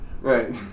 Right